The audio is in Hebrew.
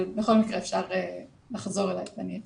אבל בכל מקרה אפשר לחזור אלי ואני אתייעץ.